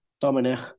Dominic